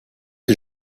que